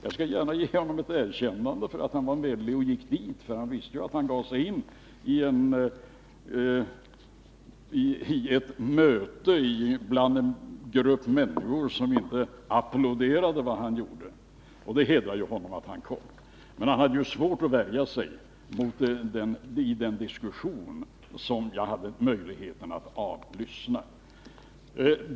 Jag skall gärna ge honom ett erkännande för att han var vänlig och gick dit, för han visste ju att han gav sig in i ett möte med en grupp människor som inte applåderade vad han gjorde. Det hedrar honom att han kom, men han hade svårt att värja sig i den diskussion som jag hade möjlighet att avlyssna.